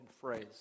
phrase